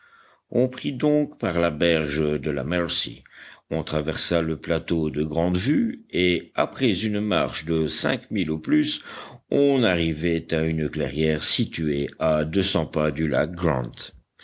on prit donc par la berge de la mercy on traversa le plateau de grande vue et après une marche de cinq milles au plus on arrivait à une clairière située à deux cents pas du lac grant